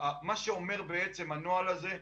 מה שאומר הנוהל הזה,